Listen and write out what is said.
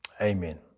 Amen